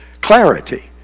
Clarity